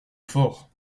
fort